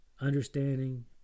understanding